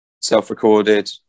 self-recorded